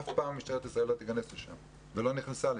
אף פעם משטרת ישראל לא תיכנס אליהם ולא נכנסה.